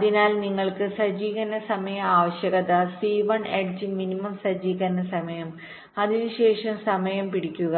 അതിനാൽ നിങ്ങൾക്ക് സജ്ജീകരണ സമയ ആവശ്യകത സി 1 എഡ്ജ് മിനിമം സജ്ജീകരണ സമയം അതിനുശേഷം സമയം പിടിക്കുക